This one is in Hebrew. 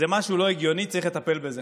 זה משהו לא הגיוני, צריך לטפל בזה.